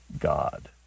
God